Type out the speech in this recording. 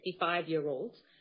65-year-olds